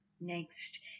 Next